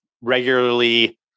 regularly